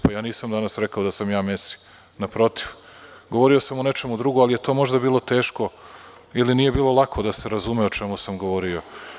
Pa ja nisam danas rekao da sam ja Mesi, naprotiv, govorio sam o nečem drugom, ali je to možda bilo teško ili nije bilo lako da se razume o čemu sam govorio.